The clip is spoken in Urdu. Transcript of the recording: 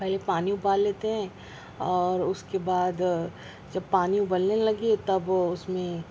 پہلے پانی ابال لیتے ہیں اور اس کے بعد جب پانی ابلنے لگے تب اس میں